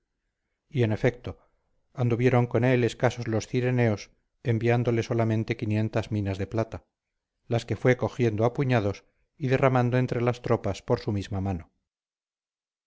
y en efecto anduvieron con él escasos los cireneos enviándole solamente minas de plata las que fue cogiendo a puñados y derramando entre las tropas por su misma mano